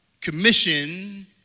commission